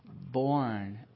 born